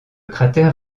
cratère